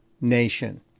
nation